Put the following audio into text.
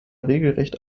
regelrecht